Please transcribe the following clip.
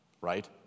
right